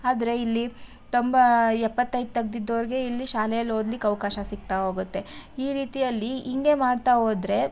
ಆದರೆ ಇಲ್ಲಿ ತೊಂಬಾ ಎಪ್ಪತ್ತೈದು ತೆಗ್ದಿದ್ದೋರ್ಗೆ ಇಲ್ಲಿ ಶಾಲೆಯಲ್ಲಿ ಓದ್ಲಿಕ್ಕೆ ಅವಕಾಶ ಸಿಗ್ತಾ ಹೋಗುತ್ತೆ ಈ ರೀತಿಯಲ್ಲಿ ಹಿಂಗೇ ಮಾಡ್ತಾ ಹೋದ್ರೆ